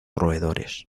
roedores